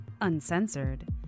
uncensored